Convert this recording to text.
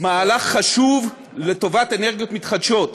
מהלך חשוב לטובת אנרגיות מתחדשות.